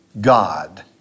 God